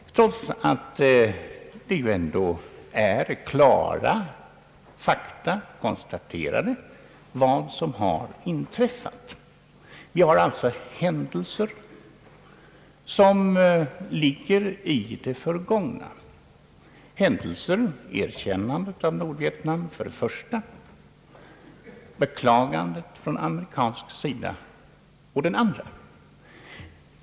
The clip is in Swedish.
Ändå kan klara fakta konstateras om vad som har inträffat: för det första erkännandet av Nordvietnam och för det andra beklagande från amerikansk sida.